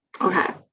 okay